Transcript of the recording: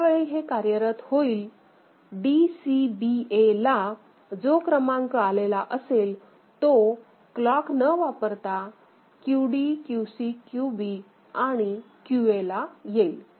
ज्यावेळी हे कार्यरत होईल DCBA ला जो क्रमांक आलेला असेल तो क्लॉक न वापरता QD QC QBआणि QAला येईल